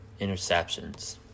interceptions